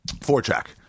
Four-track